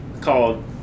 called